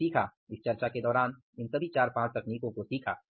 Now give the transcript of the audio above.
हमने सीखा इस चर्चा के दौरान इन सभी 4 5 तकनीकों को सीखा